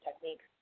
techniques